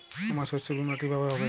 আমার শস্য বীমা কিভাবে হবে?